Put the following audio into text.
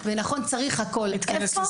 ונכון צריך הכול איפה?